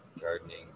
gardening